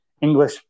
English